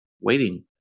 waiting